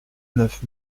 neuf